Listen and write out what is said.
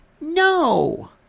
No